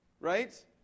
Right